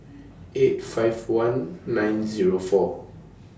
eight five one nine Zero four